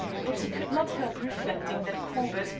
but he could not help reflecting that corbett,